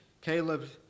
caleb